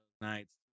nights